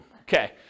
okay